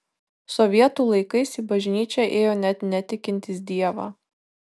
sovietų laikais į bažnyčią ėjo net netikintys dievą